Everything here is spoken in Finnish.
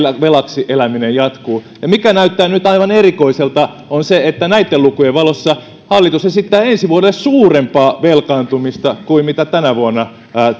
velaksi eläminen jatkuu ja mikä näyttää nyt aivan erikoiselta on se että näitten lukujen valossa hallitus esittää ensi vuodelle suurempaa velkaantumista kuin mitä tänä vuonna